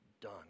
done